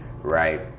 right